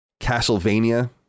Castlevania